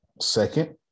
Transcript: second